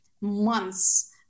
months